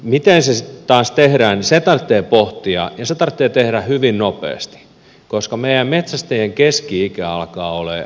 miten se sitten taas tehdään niin se tarvitsee pohtia ja se tarvitsee tehdä hyvin nopeasti koska meidän metsästäjien keski ikä alkaa olla aika iso